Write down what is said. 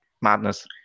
madness